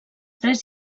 tres